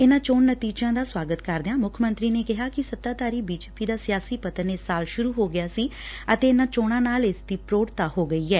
ਇਨਾਂ ਚੋਣ ਨਤੀਜਿਆਂ ਦਾ ਸਵਾਗਤ ਕਰਦਿਆਂ ਮੁੱਖ ਮੰਤਰੀ ਨੇ ਕਿਹਾ ਕਿ ਸੱਤਾਧਾਰੀ ਬੀਜੇਪੀ ਦਾ ਸਿਆਸੀ ਪਤਨ ਇਸ ਸਾਲ ਸ਼ੁਰੁ ਹੋਂ ਗਿਆ ਸੀ ਅਤੇ ਇਨਾਂ ਚੋਣਾਂ ਨਾ਼ਲ ਇਸ ਦੀ ਪ੍ਰੋੜਤਾ ਹੋ ਗਈ ਏ